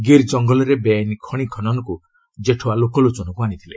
ଗିର୍ କଙ୍ଗଲରେ ବେଆଇନ୍ ଖଣି ଖନନକ୍ର ଜେଠୱା ଲୋକଲୋଚନକ୍ ଆଣିଥିଲେ